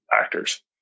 actors